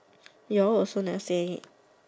you'll also never say